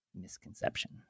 misconception